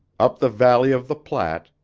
up the valley of the platte,